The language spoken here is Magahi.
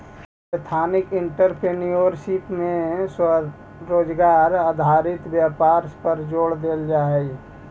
एथनिक एंटरप्रेन्योरशिप में स्वरोजगार आधारित व्यापार पर जोड़ देल जा हई